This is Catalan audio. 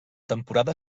temporada